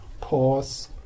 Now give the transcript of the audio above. pause